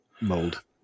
mold